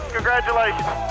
Congratulations